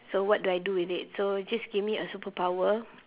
so what do I do with it so just give me a superpower